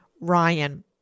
Ryan